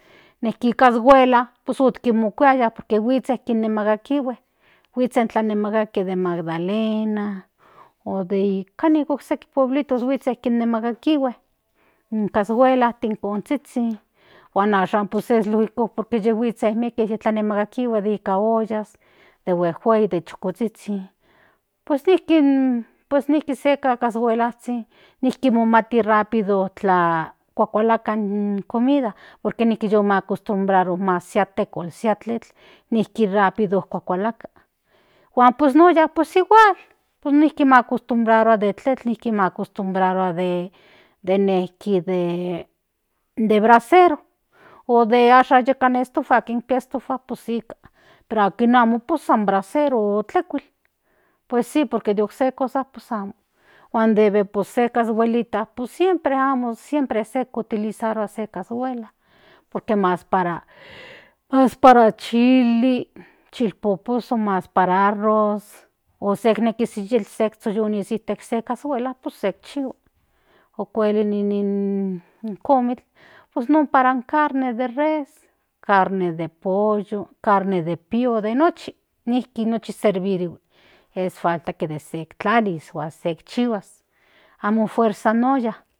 Nejki cashuela pues otmokuyaa por que huitsen kinemakiltihuen huitsen tlanimakaltin de magdalena kano okseki pueblitos onimakaltihue in cashuelantin in konzhizhin huan ashan es lógico por que huitsen onimalkiltihue de ika ollas de huejuei de chukozhizhin pues niki se cacashuelazhin nijki momati rápido kuakalakatl por que nijki ta mokostombraro sea tekol sea tletl nijki rápido okuakalakatl huan pues olla pues igual pues nijki macostombrarua de tletl nijki nijki macostombrarua nijki de de brasero o ashan nijki kin pia de estufa pues ika pero akin amo pues san brasero o tlekuil pues por que se cosa pues amo huan debe pues se cashuelita pues siempre se se kiutilizarua se cashuela por que mas para chili chilpoposo mas para arroz o sek nekis nekis otsoyonis nika se cashuela pues se ikchihua okel inin in komikl pues non para carne res carne pollo carne pio de nochi nijki nochi servirihui falta de sek tlalis se ikchihuas amo fuerza in olla.